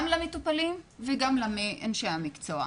גם למטופלים וגם לאנשי המקצוע.